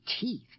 teeth